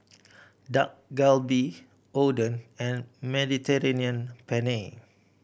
Dak Galbi Oden and Mediterranean Penne